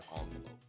envelope